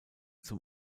zum